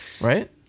Right